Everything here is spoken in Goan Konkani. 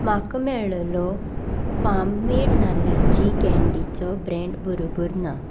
म्हाका मेळिल्लो फार्म मेड नाल्लाचे कँडीचो ब्रँड बरोबर ना